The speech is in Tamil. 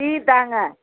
டீ தாங்க